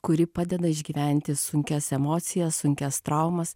kuri padeda išgyventi sunkias emocijas sunkias traumas